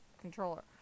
controller